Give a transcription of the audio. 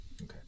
Okay